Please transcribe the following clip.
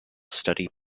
study